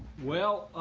well,